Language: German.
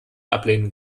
ablehnen